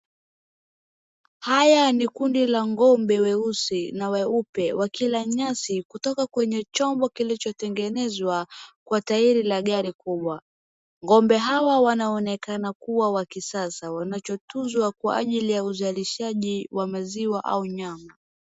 haya ni kundi la ng'ombe weusi na weupe wakila nyasi kutoka kwenye chombo kilichotengenezwa kwa tairi la gari kubwa , ng'ombe hawa wanaonekana kuwa wa kisasa wanatuzwa kwa ajili ya uzalishaji wa maziwa au nyama